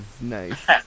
nice